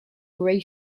gray